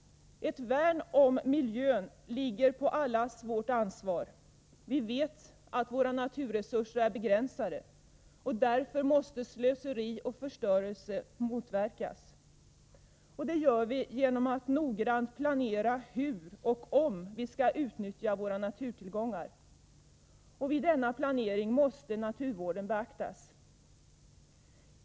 Ett värn om miljön ligger på allas vårt ansvar. Vi vet att våra naturresurser är begränsade, och därför måste slöseri och förstörelse motverkas. Det gör vi genom att noggrant planera hur och om vi skall utnyttja våra naturtillgångar. Vid denna planering måste naturvården beaktas.